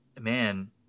Man